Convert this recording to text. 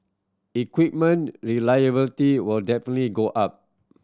equipment reliability will definitely go up